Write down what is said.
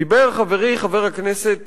דיבר חברי חבר הכנסת